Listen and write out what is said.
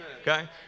Okay